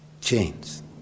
chains